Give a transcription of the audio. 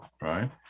right